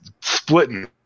splitting